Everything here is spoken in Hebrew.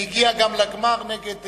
היא הגיעה גם לגמר נגד